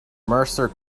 mercer